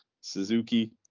Suzuki